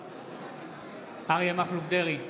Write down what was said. בעד אריה מכלוף דרעי,